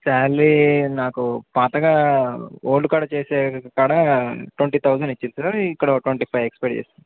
salary నాకు పాతగా old కాడ చేసే కాడ ట్వంటీథౌజండ్ ఇచ్చింది సార్ ఇక్కడ ట్వంటీ ఫైవ్ ఎక్స్పైర్ చేసిార్